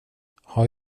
har